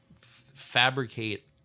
fabricate